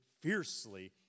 fiercely